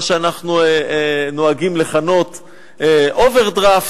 מה שאנחנו נוהגים לכנות אוברדרפט,